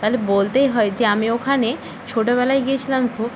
তাহলে বলতেই হয় যে আমি ওখানে ছোটবেলায় গিয়েছিলাম খুব